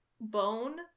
bone